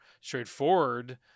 straightforward